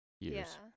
years